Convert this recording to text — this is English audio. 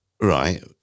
Right